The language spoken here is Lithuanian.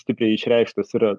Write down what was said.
stipriai išreikštas yra